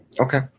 Okay